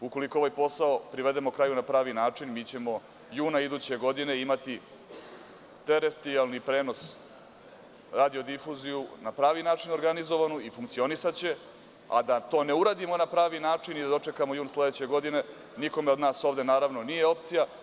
Ukoliko ovaj posao privedemo kraju na pravi način, juna iduće godine ćemo imati terestrijanlni prenos, radio-difuziju na pravi način organizovanu i funkcionisaće, a da to ne uradimo na pravi način i dočekamo jun sledeće godine, nikome od nas ovde nije opcija.